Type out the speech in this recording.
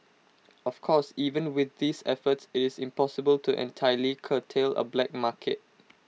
of course even with these efforts IT is impossible to entirely curtail A black market